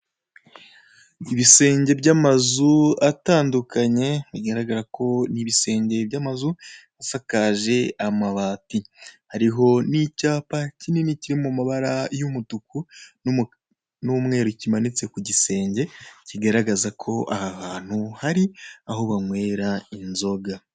Ibisenge by'amazu atandukanye bigagaraga ko ni ibisenge by'amazu asakajwe amabati, hariho n'icyapa kinini kiri mu mabara y'umutuku n'umweru kimanitse ku gisenge kigaragaza ko aha hantu hari aho banywera inzoga.